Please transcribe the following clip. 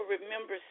remember